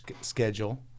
schedule